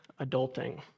adulting